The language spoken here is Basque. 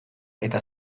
eta